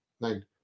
Nine